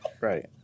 Right